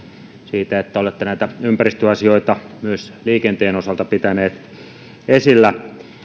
siitä että olette näitä ympäristöasioita myös liikenteen osalta pitäneet esillä tämä sekoitevelvoite on sellainen